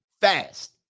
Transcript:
fast